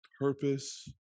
purpose